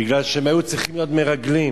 בגלל שהם היו צריכים להיות מרגלים.